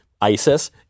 ISIS